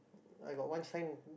I got one friend